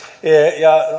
ja